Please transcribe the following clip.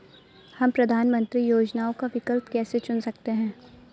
हम प्रधानमंत्री योजनाओं का विकल्प कैसे चुन सकते हैं?